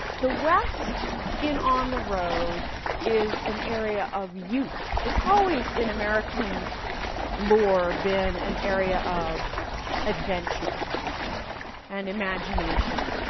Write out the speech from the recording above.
the west in on the road is an area of youth. it's always, in american lore, been an area of adventure and imagination,